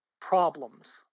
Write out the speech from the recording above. problems